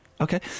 Okay